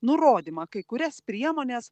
nurodymą kai kurias priemones